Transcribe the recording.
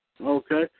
Okay